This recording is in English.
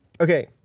okay